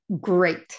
great